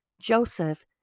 Joseph